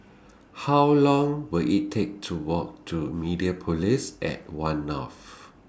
How Long Will IT Take to Walk to Mediapolis At one North